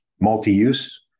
multi-use